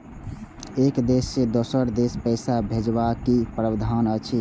एक देश से दोसर देश पैसा भैजबाक कि प्रावधान अछि??